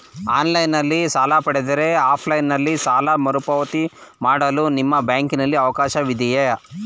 Online ನಲ್ಲಿ ಸಾಲ ಪಡೆದರೆ ಆಫ್ಲೈನ್ ನಲ್ಲಿ ಸಾಲ ಮರುಪಾವತಿ ಮಾಡಲು ನಿಮ್ಮ ಬ್ಯಾಂಕಿನಲ್ಲಿ ಅವಕಾಶವಿದೆಯಾ?